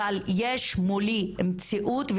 אבל יש מולי מציאות,